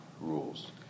rules